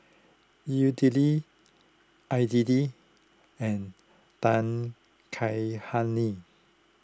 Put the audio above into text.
Idili and Dan Kaihani